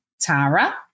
tara